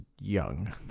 young